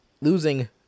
Losing